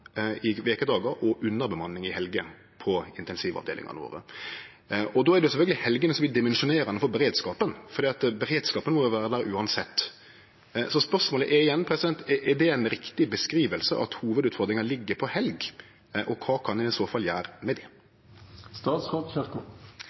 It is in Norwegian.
det sjølvsagt helgene som vert dimensjonerande for beredskapen, for beredskapen må jo vere der uansett. Så spørsmåla er igjen: Er det ei riktig framstilling, at hovudutfordringa er i helgene? Kva kan ein i så fall gjere med det?